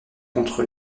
contre